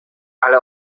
ale